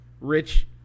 rich